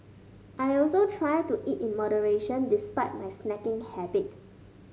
I also try to eat in moderation despite my snacking habit